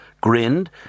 grinned